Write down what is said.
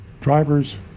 Drivers